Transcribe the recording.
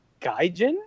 Gaijin